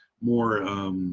more –